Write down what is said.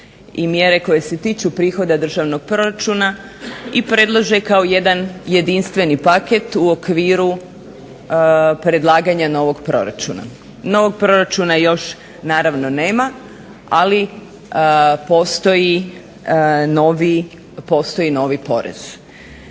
i mjere koje se tiču prihoda državnog proračuna i predlože kao jedan jedinstveni paket u okviru predlaganja novog proračuna. Novog proračuna još naravno nema, ali postoji novi porez.